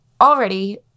already